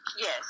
Yes